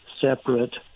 separate